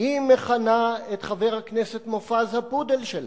היא מכנה את חבר הכנסת מופז ה"פודל" שלה.